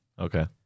Okay